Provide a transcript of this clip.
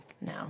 No